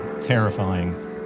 terrifying